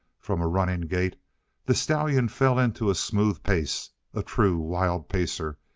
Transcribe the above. from a running gait the stallion fell into a smooth pace a true wild pacer,